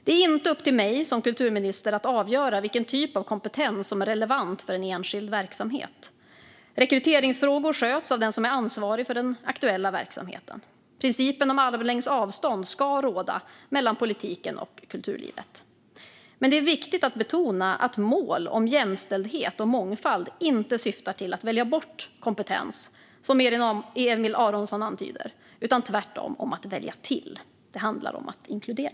Det är inte upp till mig som kulturminister att avgöra vilken typ av kompetens som är relevant för en enskild verksamhet. Rekryteringsfrågor sköts av den som är ansvarig för den aktuella verksamheten. Principen om armlängds avstånd ska råda mellan politiken och kulturlivet. Men det är viktigt att betona att mål om jämställdhet och mångfald inte syftar till att välja bort kompetens, som Aron Emilsson antyder, utan tvärtom att välja till. Det handlar om att inkludera.